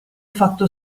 fatto